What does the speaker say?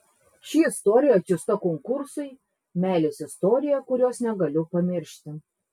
ši istorija atsiųsta konkursui meilės istorija kurios negaliu pamiršti